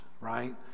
right